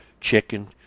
chicken